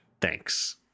thanks